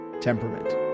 temperament